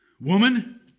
Woman